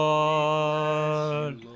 Lord